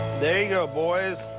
go, boys.